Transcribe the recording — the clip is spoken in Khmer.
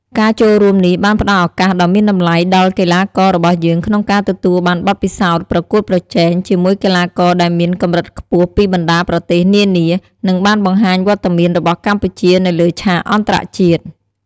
ការចូលរួមនេះបានផ្តល់ឱកាសដ៏មានតម្លៃដល់កីឡាកររបស់យើងក្នុងការទទួលបានបទពិសោធន៍ប្រកួតប្រជែងជាមួយកីឡាករដែលមានកម្រិតខ្ពស់ពីបណ្តាប្រទេសនានា និងបានបង្ហាញវត្តមានរបស់កម្ពុជានៅលើឆាកអន្តរជាតិ។